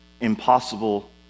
impossible